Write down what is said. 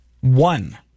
One